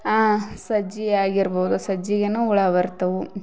ಸಜ್ಜಿಯಾಗಿರ್ಬೋದು ಸಜ್ಜಿಗೇನು ಹುಳ ಬರ್ತಾವು